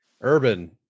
Urban